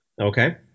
Okay